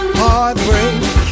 heartbreak